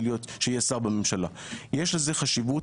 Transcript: למנות שיהיה שר בממשלה אלא יש בזה חשיבות